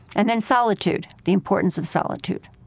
and then solitude, the importance of solitude